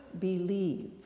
believe